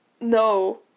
no